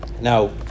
Now